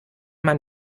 man